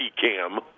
cam